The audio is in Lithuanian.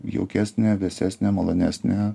jaukesnę vėsesnę malonesnę